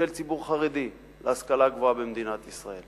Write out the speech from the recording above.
ושל ציבור חרדי להשכלה הגבוהה במדינת ישראל.